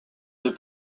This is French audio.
deux